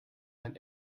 ein